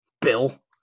Bill